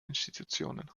institutionen